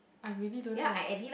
I really don't have